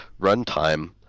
runtime